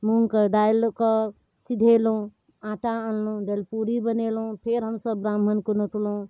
मूँगके दालिकऽ सिधेलहुँ आँटा अनलहुँ दलिपूड़ी बनेलहुँ फेर हमसभ ब्राह्मणके नोतलहुँ